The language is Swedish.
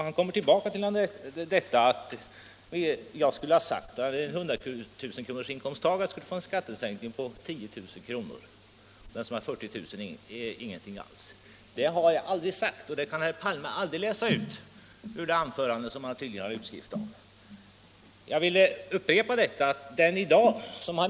Han återkom till detta att jag skulle ha sagt att en 100 000 kronorsinkomsttagare skulle få en skattesänkning på 10 000 kr. men en som tjänar 40 000 kr. ingenting alls. Det har jag aldrig sagt, och det kan herr Palme aldrig läsa ut ur det anförande som han tydligen har en utskrift av. Jag vill upprepa att en